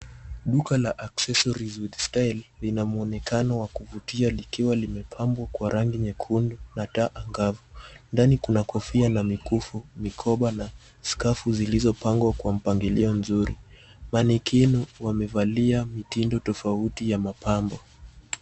Duka la accessories with style . Lina mwonekano wa kuvutia likiwa limepambwa kwa rangi nyekundu na taa angavu. Ndani kuna kofia na mikufu, mikoba na skafu zilizopangwa kwa mpangilio mzuri. Manequinn wamevalia mitindo tofauti ya mapambo.